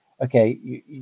Okay